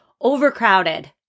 overcrowded